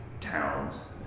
towns